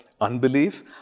unbelief